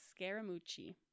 Scaramucci